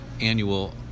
annual